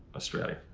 australia.